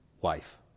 wife